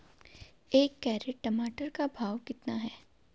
एक कैरेट टमाटर का भाव कितना है?